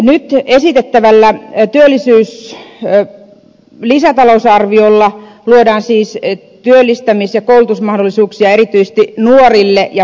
nyt esitettävällä työllisyyslisätalousarviolla luodaan siis työllistämis ja koulutusmahdollisuuksia erityisesti nuorille ja pitkäaikaistyöttömille